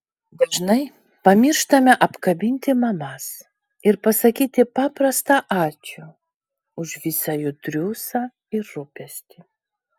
dažnai pamirštame apkabinti mamas ir pasakyti paprastą ačiū už visą jų triūsą ir rūpestį